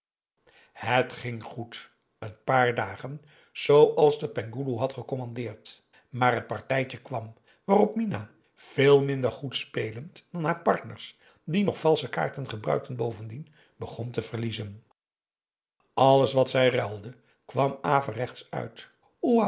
het ging goed een paar dagen zooals de penghoeloe had gecommandeerd maar het partijtje kwam waarop minah veel minder goed spelend dan haar partners die nog valsche kaarten gebruikten bovendien begon te verliezen alles wat zij ruilde kwam averechts uit